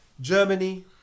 Germany